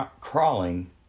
crawling